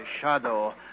Shadow